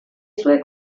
sue